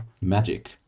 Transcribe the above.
magic